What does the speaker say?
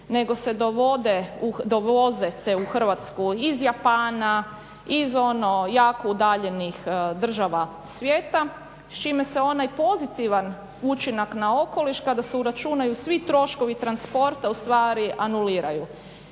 nego se dovoze se u Hrvatsku iz Japana, iz jako udaljenih država svijeta s čime se onaj pozitivan učinak na okoliš kada se uračunaju svi troškovi transporta ustvari anuliraju.